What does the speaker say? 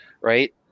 right